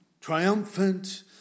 triumphant